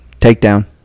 Takedown